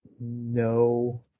No